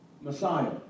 Messiah